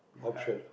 option